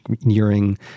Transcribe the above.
nearing